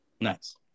Nice